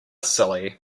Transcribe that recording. silly